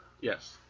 Yes